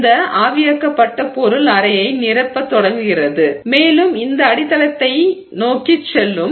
இந்த ஆவியாக்கப்பட்ட பொருள் அறையை நிரப்பத் தொடங்குகிறது மேலும் இந்த அடித்தளத்தை நோக்கிச் செல்லும்